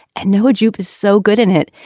and noah joop is so good in it.